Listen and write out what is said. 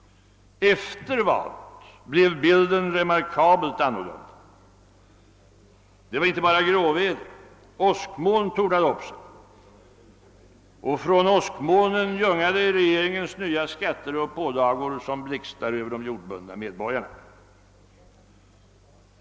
Efter valet blev bilden remarkabelt annorlunda. Det var inte bara gråväder. Åskmoln tornade upp sig. Och från åskmolnen ljungade regeringens nya skatter och pålagor som blixtar över de jordbundna medborgarna.